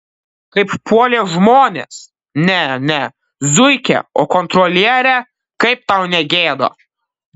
kaip puolė žmonės ne ne zuikę o kontrolierę kaip tau negėda